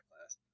class